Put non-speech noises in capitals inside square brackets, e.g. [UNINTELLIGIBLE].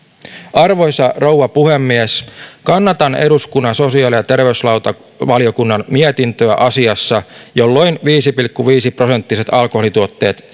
arvoisa rouva puhemies kannatan eduskunnan sosiaali ja terveysvaliokunnan mietintöä asiassa jolloin viisi pilkku viisi prosenttiset alkoholituotteet [UNINTELLIGIBLE]